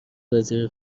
وزیر